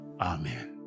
Amen